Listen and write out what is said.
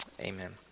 Amen